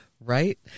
Right